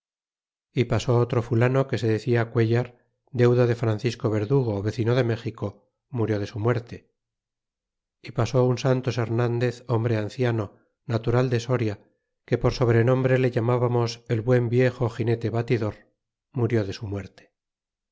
y pasó otro fulano que se decia cuellar deudo de francisco verdugo vecino de méxico murió de su muerte y pasó un santos hernandez hombre anciano natural de soria que por sobrenombre le llambam os el buen viejo ginete batidor murió de su muerte